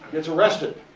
gets arrested.